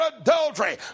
adultery